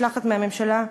משלחת מהממשלה,